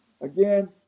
Again